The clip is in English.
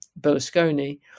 Berlusconi